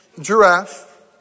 giraffe